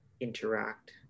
interact